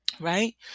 right